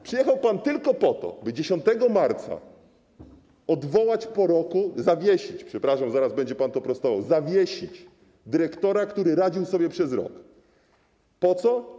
Przyjechał pan tylko po to, by 10 marca odwołać po roku, zawiesić, przepraszam, zaraz będzie pan to prostował, zawiesić dyrektora, który radził sobie przez rok. Dlaczego?